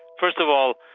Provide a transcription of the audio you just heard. first of all,